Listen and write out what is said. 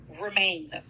remain